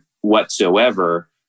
whatsoever